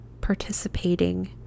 participating